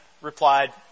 replied